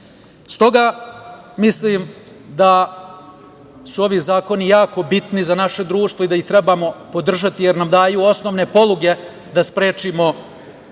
mislim da su ovi zakoni jako bitni za naše društvo i da ih trebamo podržati, jer nam daju osnovne poluge da sprečimo